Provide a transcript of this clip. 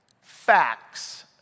facts